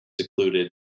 secluded